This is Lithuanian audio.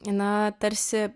na tarsi